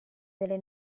delle